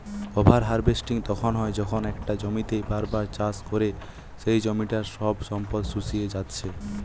over harvesting তখন হয় যখন একটা জমিতেই বার বার চাষ করে সেই জমিটার সব সম্পদ শুষিয়ে জাত্ছে